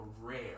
rare